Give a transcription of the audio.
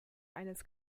eines